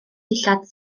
dillad